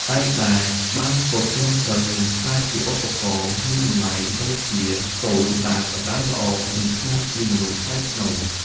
ដែកដែលបានពត់ត្រឹមត្រូវ នឹងក្លាយជាឧបករណ៍មានតម្លៃ ដូចជាកូនដែលប្រដៅល្អនឹងក្លាយជាមនុស្សថ្លៃថ្នូរ។